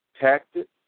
tactics